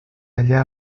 allà